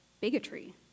bigotry